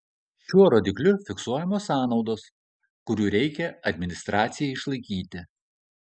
šiuo rodikliu fiksuojamos sąnaudos kurių reikia administracijai išlaikyti